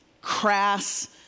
crass